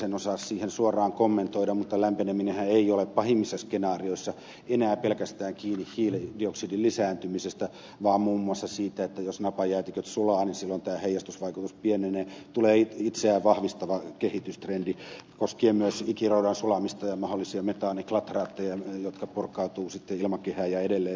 en osaa sitä asiaa suoraan kommentoida mutta lämpeneminenhän ei ole pahimmissa skenaarioissa enää pelkästään kiinni hiilidioksidin lisääntymisestä vaan muun muassa siitä että jos napajäätiköt sulavat niin silloin tämä heijastusvaikutus pienenee tulee itseään vahvistava kehitystrendi koskien myös ikiroudan sulamista ja mahdollisia metaaniklatraatteja jotka purkautuvat sitten ilmakehään ja edelleen vahvistavat lämpenemistä